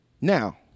Now